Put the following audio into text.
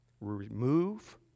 remove